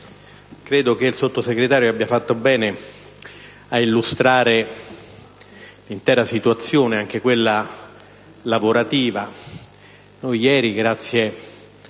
credo che il Sottosegretario abbia fatto bene a illustrare l'intera situazione, compresa quella lavorativa.